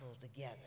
together